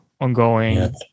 ongoing